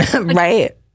Right